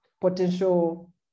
potential